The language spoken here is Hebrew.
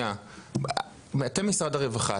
--- אבל שנייה, אתם משרד הרווחה.